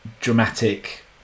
dramatic